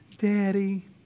Daddy